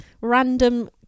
Random